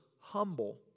humble